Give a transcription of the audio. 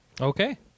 Okay